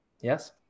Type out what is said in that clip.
yes